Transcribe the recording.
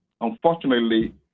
Unfortunately